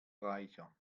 reicher